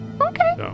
okay